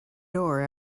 door